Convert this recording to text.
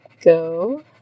go